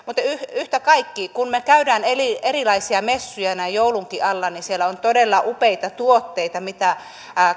yhtä kaikki kun me käymme erilaisilla messuilla näin joulunkin alla niin siellä on todella upeita tuotteita mitä